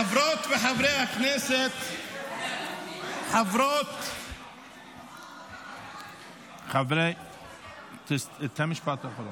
חברות וחברי הכנסת --- תן משפט אחרון.